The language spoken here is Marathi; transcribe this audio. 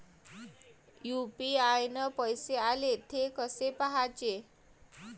यू.पी.आय न पैसे आले, थे कसे पाहाचे?